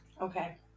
Okay